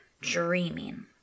dreaming